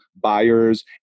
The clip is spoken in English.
buyers